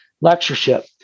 lectureship